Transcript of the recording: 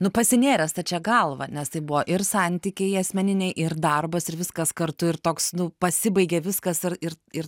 nu pasinėręs stačia galva nes tai buvo ir santykiai asmeniniai ir darbas ir viskas kartu ir toks nu pasibaigė viskas ir ir ir